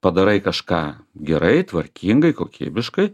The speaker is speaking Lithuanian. padarai kažką gerai tvarkingai kokybiškai